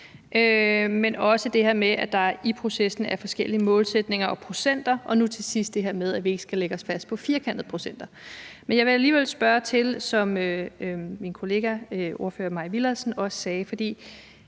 men også det her med, at der i processen er forskellige målsætninger og procenter, og nu til sidst det her med, at vi ikke skal lægge os fast på firkantede procenter. Men jeg vil alligevel spørge om det samme, som min ordførerkollega Mai Villadsen gjorde.